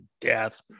death